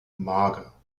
mager